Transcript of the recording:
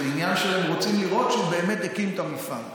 זה עניין שהם רוצים לראות שהוא באמת הקים את המפעל.